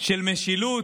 של משילות.